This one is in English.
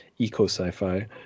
eco-sci-fi